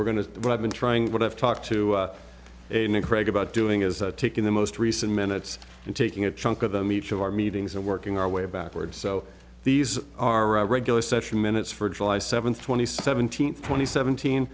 we're going to what i've been trying what i've talked to a new craig about doing is taking the most recent minutes and taking a chunk of them each of our meetings and working our way backwards so these are regular session minutes for july seventh twenty seventeenth twenty seventeen